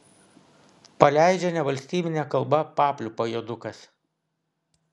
paleidžia nevalstybine kalba papliūpą juodukas